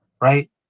right